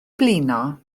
blino